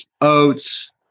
oats